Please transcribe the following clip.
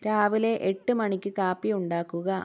രാവിലെ എട്ട് മണിക്ക് കാപ്പി ഉണ്ടാക്കുക